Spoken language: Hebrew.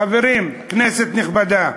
חברים, כנסת נכבדה,